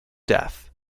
death